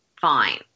fine